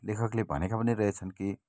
लेखकले भनेका पनि रहेछन् कि